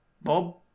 Bob